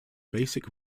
basic